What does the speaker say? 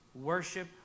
Worship